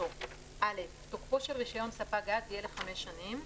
וחידושו 6. תוקפו של רישיון ספק גז יהיה לחמש שנים,